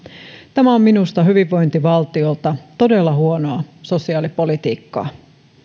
tämä on minusta hyvinvointivaltiolta todella huonoa sosiaalipolitiikkaa